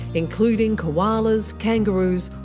including koalas, kangaroos,